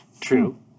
True